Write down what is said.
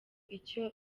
icyo